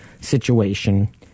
situation